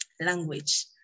language